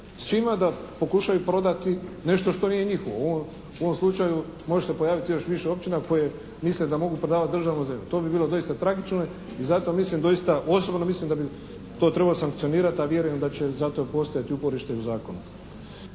svima da pokušaju prodati nešto što nije njihovo. U ovom slučaju može se pojaviti još više općina koje misle da mogu prodavati državno zemljište. To bi bilo doista tragično i zato mislim doista, osobno mislim da bi to trebalo sankcionirati a vjerujem da će za to postojati uporište i u zakonu.